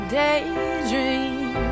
daydream